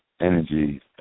energy